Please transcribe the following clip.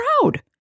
proud